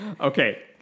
Okay